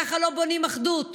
ככה לא בונים אחדות.